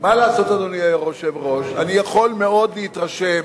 מה לעשות, אדוני היושב-ראש, אני יכול מאוד להתרשם